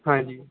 ਹਾਂਜੀ